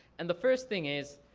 and the first thing is,